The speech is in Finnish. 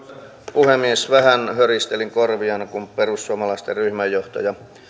puhemies vähän höristelin korviani kun perussuomalaisten ryhmänjohtaja